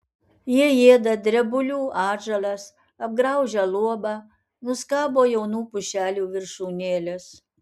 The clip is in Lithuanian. jie ėda drebulių atžalas apgraužia luobą nuskabo jaunų pušelių viršūnėles